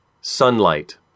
Sunlight